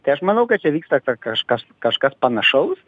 tai aš manau kad čia vyksta ka kažkas kažkas panašaus